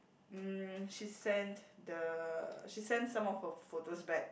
mm she sent the she sent some of her photos back